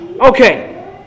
Okay